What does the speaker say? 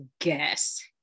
guess